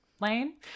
Lane